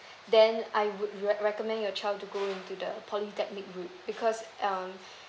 then I would re~ recommend your child to go into the polytechnic route because um